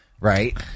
right